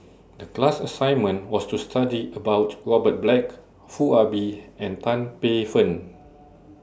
The class assignment was to study about Robert Black Foo Ah Bee and Tan Paey Fern